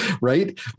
right